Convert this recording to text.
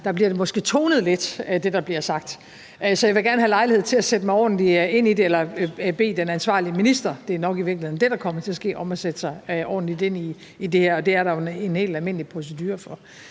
der bliver sagt, nogle gange måske bliver tonet lidt. Så jeg vil gerne have lejlighed til at sætte mig ordentligt ind i det eller bede den ansvarlige minister – det er nok i virkeligheden det, der kommer til at ske – om at sætte sig ordentligt ind i det her, og det er der jo en helt almindelig procedure for.